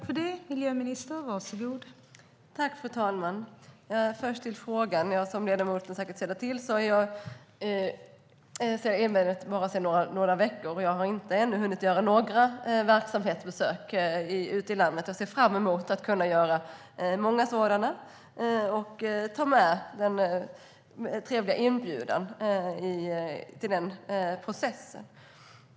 Fru talman! Som ledamoten säkert känner till innehar jag detta ämbete bara sedan några veckor, och jag har ännu inte hunnit göra några verksamhetsbesök ute i landet. Jag ser fram emot att kunna göra många sådana och tar med den trevliga inbjudan till den processen.